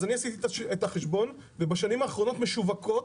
אני עשיתי את החשבון, ובשנים האחרונות משווקות